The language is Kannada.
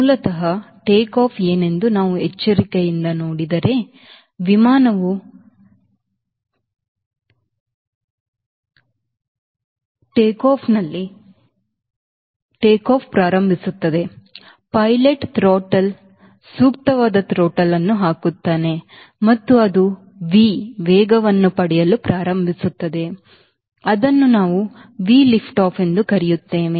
ಮೂಲತಃ ಟೇಕ್ಆಫ್ ಏನೆಂದು ನಾವು ಎಚ್ಚರಿಕೆಯಿಂದ ನೋಡಿದರೆ ವಿಮಾನವು ಟಾರ್ಮ್ಯಾಕ್ನಲ್ಲಿ ಬೆಚ್ಚಗಾಗಲು ಪ್ರಾರಂಭಿಸುತ್ತದೆ ಪೈಲಟ್ ಥ್ರೊಟಲ್ ಸೂಕ್ತವಾದ ಥ್ರೊಟಲ್ ಅನ್ನು ಹಾಕುತ್ತಾನೆ ಮತ್ತು ಅದು V ವೇಗವನ್ನು ಪಡೆಯಲು ಪ್ರಾರಂಭಿಸುತ್ತದೆ ಅದನ್ನು ನಾವು V ಲಿಫ್ಟ್ ಆಫ್ ಎಂದು ಕರೆಯುತ್ತೇವೆ